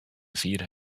vieren